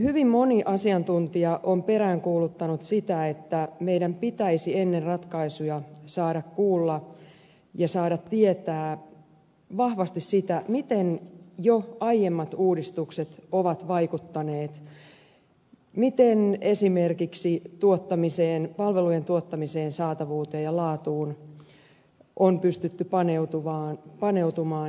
hyvin moni asiantuntija on peräänkuuluttanut sitä että meidän pitäisi ennen ratkaisuja saada kuulla ja saada tietää vahvasti siitä miten jo aiemmat uudistukset ovat vaikuttaneet miten esimerkiksi palvelujen tuottamiseen saatavuuteen ja laatuun on pystytty paneutumaan